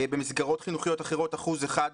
במסגרות חינוכיות אחרות 1%,